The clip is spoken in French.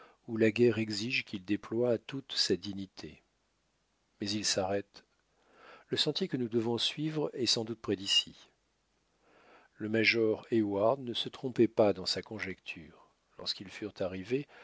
où la guerre exige qu'il déploie toute sa dignité mais il s'arrête le sentier que nous devons suivre est sans doute près d'ici le major heyward ne se trompait pas dans sa conjecture lorsqu'ils furent arrivés